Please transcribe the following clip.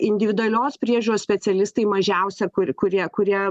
individualios priežiūros specialistai mažiausia kurie kurie